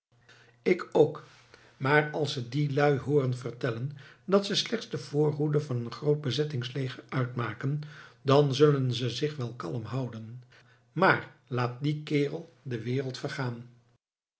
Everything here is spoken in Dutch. ik ook maar als ze die luî hooren vertellen dat ze slechts de voorhoede van een groot bezettings leger uitmaken dan zullen ze zich wel kalm houden maar laat die kerel de wereld vergaan